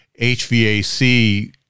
hvac